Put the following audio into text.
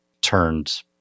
turned